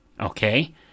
okay